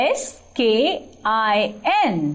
skin